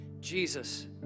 Jesus